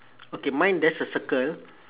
okay mine there's a circle